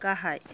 गाहाय